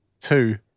Two